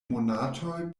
monatoj